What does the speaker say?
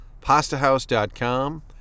pastahouse.com